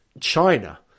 China